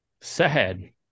Sad